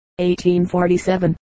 1847